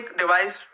device